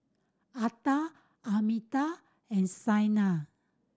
Atal Amitabh and Saina